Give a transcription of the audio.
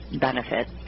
benefit